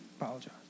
Apologize